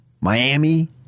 Miami